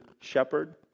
shepherd